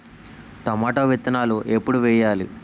Tomato విత్తనాలు ఎప్పుడు వెయ్యాలి?